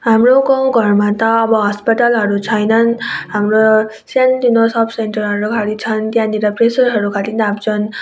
हाम्रो गाउँघरमा त अब अस्पतालहरू छैनन् हाम्रो सानोतिनो सब सेन्टरहरू खालि छन् त्यहाँनिर प्रेसरहरू खालि नाप्छन्